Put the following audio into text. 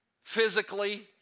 physically